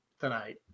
tonight